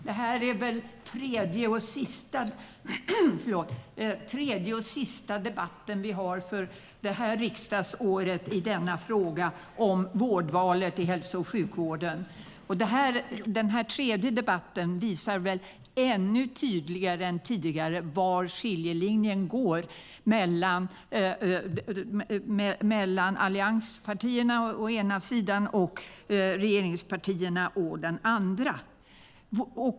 Herr talman! Det här är väl den tredje och sista debatten om vårdvalet i hälso och sjukvården för det här riksdagsåret. Denna tredje debatt visar ännu tydligare än tidigare var skiljelinjen går mellan å ena sidan allianspartierna och å andra sidan regeringspartierna.